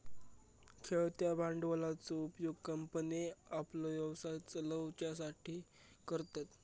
खेळत्या भांडवलाचो उपयोग कंपन्ये आपलो व्यवसाय चलवच्यासाठी करतत